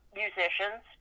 musicians